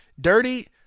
Dirty